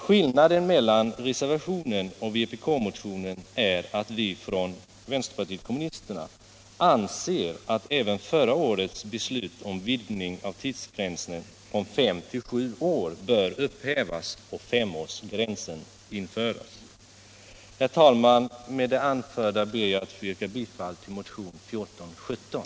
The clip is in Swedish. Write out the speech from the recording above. Skillnaden mellan reservationen och vpk-motionen är att vi kommunister anser att även förra årets beslut om vidgning av tidsgränsen från fem till sju år bör upphävas och femårsgränsen återinföras. Herr talman! Med det anförda ber jag att få yrka bifall till motionen 1417.